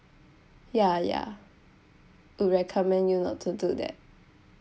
ya ya would recommend you not to do that